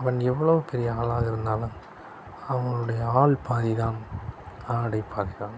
அவன் எவ்வளோவு பெரிய ஆளாக இருந்தாலும் அவனுடைய ஆள் பாதிதான் ஆடை பாதிதான்